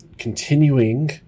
Continuing